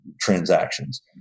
transactions